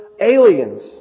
aliens